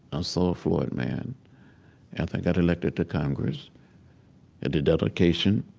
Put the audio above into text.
ah saw floyd mann after i got elected to congress at the dedication